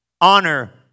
Honor